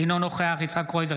אינו נוכח יצחק קרויזר,